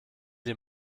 den